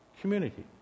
community